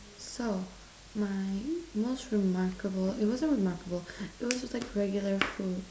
so my most remarkable it wasn't remarkable it was like regular food